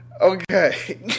Okay